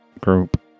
group